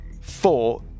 Four